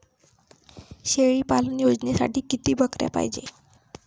शेळी पालन योजनेसाठी किती बकऱ्या पायजे?